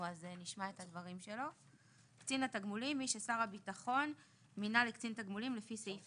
ארגון ששר הביטחון הכריז עליו